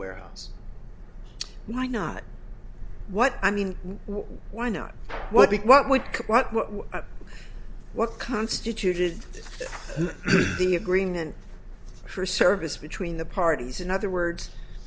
warehouse why not what i mean why not what it what would what what constituted the agreement for service between the parties in other words